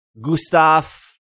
Gustav